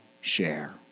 share